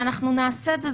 ואנחנו נעשה את זה.